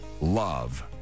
love